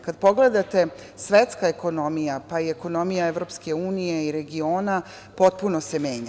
Kada pogledate, svetska ekonomija pa i ekonomija EU i regiona se potpuno menja.